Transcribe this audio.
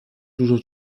dużo